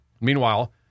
Meanwhile